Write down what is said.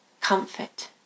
comfort